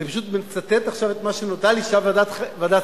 אני פשוט מצטט עכשיו את מה שנודע לי שהיה בוועדת שרים.